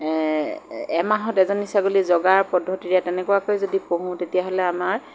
এমাহত এজনী ছাগলী জগাৰ পদ্ধতিৰে তেনেকুৱাকৈ যদি পুহোঁ তেতিয়াহ'লে আমাৰ